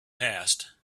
passed